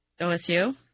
OSU